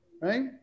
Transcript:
right